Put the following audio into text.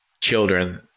children